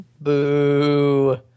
Boo